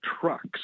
trucks